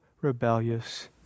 rebellious